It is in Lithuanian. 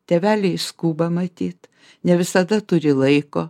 tėveliai skuba matyt ne visada turi laiko